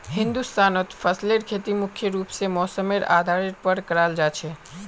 हिंदुस्तानत फसलेर खेती मुख्य रूप से मौसमेर आधारेर पर कराल जा छे